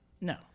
No